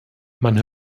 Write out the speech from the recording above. man